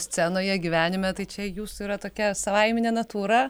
scenoje gyvenime tai čia jūsų yra tokia savaiminė natūra